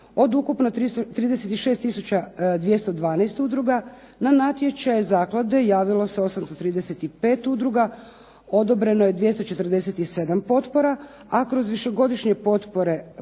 od ukupno 36 tisuća 212 udruga na natječaj zaklade javilo se 835 udruga. Odobreno je 247 potpora, a kroz višegodišnje potpore nastavlja